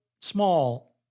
small